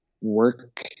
work